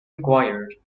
required